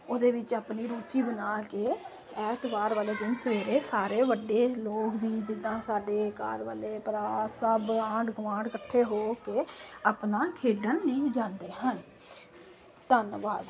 ਉਹਦੇ ਵਿੱਚ ਆਪਣੀ ਰੁਚੀ ਬਣਾ ਕੇ ਐਤਵਾਰ ਵਾਲੇ ਦਿਨ ਸਵੇਰੇ ਸਾਰੇ ਵੱਡੇ ਲੋਕ ਵੀ ਜਿੱਦਾਂ ਸਾਡੇ ਕਾਰ ਵਾਲੇ ਭਰਾ ਸਭ ਆਂਢ ਗੁਆਂਢ ਇਕੱਠੇ ਹੋ ਕੇ ਆਪਣਾ ਖੇਡਣ ਨਹੀਂ ਜਾਂਦੇ ਹਨ ਧੰਨਵਾਦ